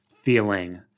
feeling